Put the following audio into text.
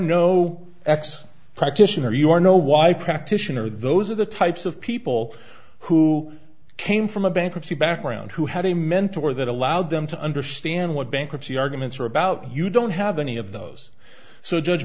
no ex practitioner you are no wife practitioner those are the types of people who came from a bankruptcy background who had a mentor that allowed them to understand what bankruptcy arguments are about you don't have any of those so judge